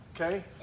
Okay